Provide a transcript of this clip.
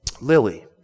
lily